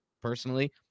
personally